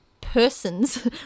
persons